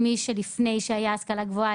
לפני שהייתה השכלה גבוהה,